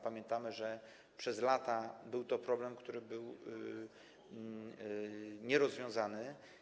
Pamiętamy, że przez lata był to problem, który był nierozwiązany.